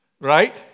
right